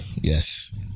Yes